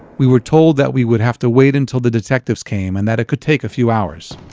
we were told that we would have to wait until the detectives came and that it could take a few hours.